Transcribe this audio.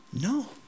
No